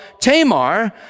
Tamar